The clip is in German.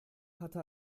hatte